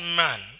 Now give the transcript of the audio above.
man